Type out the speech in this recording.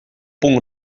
punk